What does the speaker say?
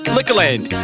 Liquorland